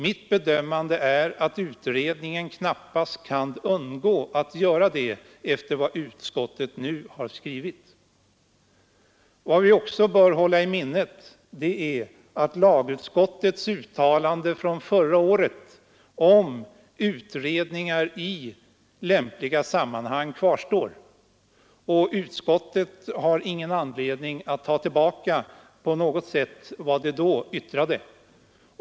Mitt bedömande är att utredningen knappast kan undgå att göra det efter vad utskottet nu har skrivit. Vad vi också bör hålla i minnet är att lagutskottets uttalande från förra året om utredningar i lämpliga sammanhang kvarstår, och utskottet har ingen anledning att på något sätt ta tillbaka vad det då yttrade.